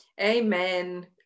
Amen